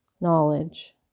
knowledge